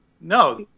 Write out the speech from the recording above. No